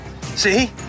See